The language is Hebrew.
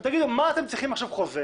תגידו, מה אתם צריכים עכשיו חוזה